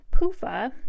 PUFA